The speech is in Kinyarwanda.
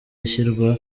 ishyirwa